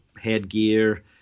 headgear